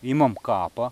imam kapą